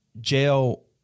Jail